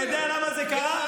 אתה יודע למה זה קרה?